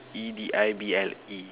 E D I B L E